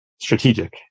Strategic